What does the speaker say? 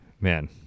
man